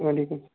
وعلیکُم